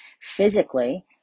physically